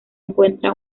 encuentra